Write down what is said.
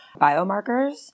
biomarkers